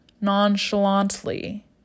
nonchalantly